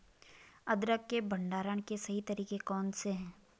अदरक के भंडारण के सही तरीके कौन से हैं?